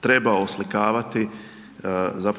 treba oslikavati